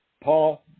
Paul